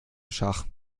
schach